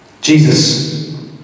Jesus